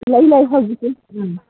ꯂꯩ ꯂꯩ ꯍꯧꯖꯤꯛꯀꯤ ꯎꯝ